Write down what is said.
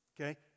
okay